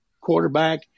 quarterback